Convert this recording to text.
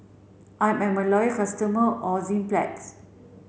I'm a loyal customer of Enzyplex